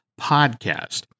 podcast